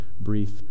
brief